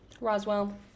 Roswell